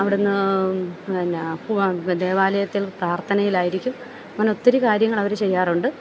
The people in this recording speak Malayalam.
അവിടുന്ന് എനാ പോവാൻ ദേവാലയത്തിൽ പ്രാർത്ഥനയിലായിരിക്കും അങ്ങനെ ഒത്തിരി കാര്യങ്ങൾ അവർ ചെയ്യാറുണ്ട്